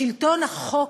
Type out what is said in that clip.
שלטון החוק